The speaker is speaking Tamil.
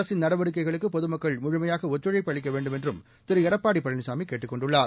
அரசின் நடவடிக்கைகளுக்கு பொதுமக்கள் முழுமையாக ஒத்துழைப்பு அளிக்க வேண்டுமென்றும் திரு எடப்பாடி பழனிசாமி கேட்டுக் கொண்டுள்ளார்